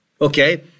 okay